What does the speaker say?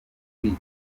kwita